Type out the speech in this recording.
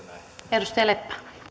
arvoisa